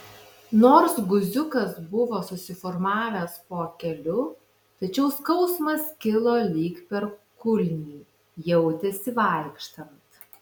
nors guziukas buvo susiformavęs po keliu tačiau skausmas kilo lyg per kulnį jautėsi vaikštant